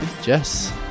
Jess